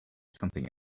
something